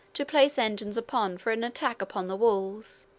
to place engines upon for an attack upon the walls,